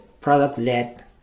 product-led